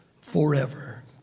forever